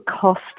cost